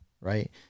right